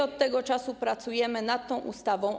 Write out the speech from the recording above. Od tego czasu pracujemy nad tą ustawą.